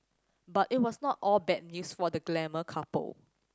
but it was not all bad news for the glamour couple